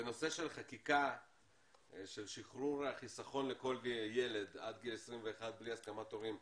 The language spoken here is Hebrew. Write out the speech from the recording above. בנושא של חקיקה של שחרור החיסכון לכל ילד עד גיל 21 בלי הסכמת הורים,